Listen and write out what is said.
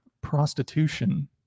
prostitution